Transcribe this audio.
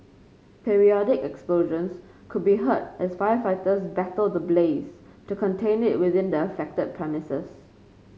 periodic explosions could be heard as firefighters battle the blaze to contain it within the affected premises